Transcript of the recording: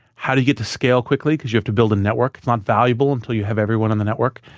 how do you get to scale quickly? because you have to build a network. it's not valuable until you have everyone on the network.